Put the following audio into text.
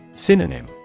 Synonym